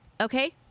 Okay